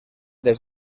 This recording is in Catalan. des